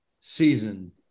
season